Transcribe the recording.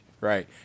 right